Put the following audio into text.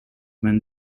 when